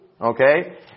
Okay